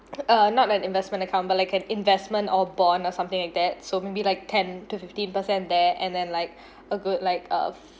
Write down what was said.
uh not an investment account but like an investment or bond or something like that so maybe like ten to fifteen percent there and then like a good like a